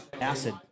Acid